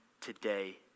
today